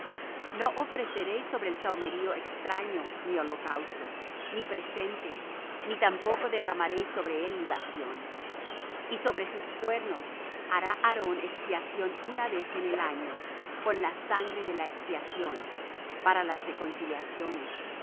no ofreceréis sobre él sahumerio extraño ni holocausto ni presente ni tampoco derramaréis sobre él libación y sobre sus cuernos hará aarón expiación una vez en el año con la sangre de la expiación para las reconciliaciones